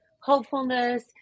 hopefulness